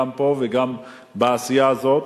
גם פה וגם בעשייה הזאת,